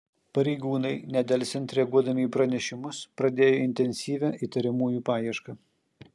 pareigūnai nedelsiant reaguodami į pranešimus pradėjo intensyvią įtariamųjų paiešką